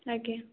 ଆଜ୍ଞା